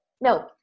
No